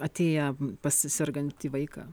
atėję pas sergantį vaiką